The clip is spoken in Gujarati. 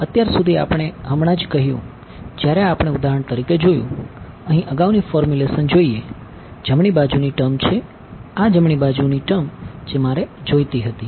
અત્યાર સુધી આપણે હમણાં જ કહ્યું જ્યારે આપણે ઉદાહરણ તરીકે જોયું અહીં અગાઉની ફોર્મ્યુલેશન જોઈએ જમણી બાજુની ટર્મ છે આ જમણી બાજુની ટર્મ જે મારે જોઈતી હતી